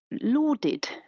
lauded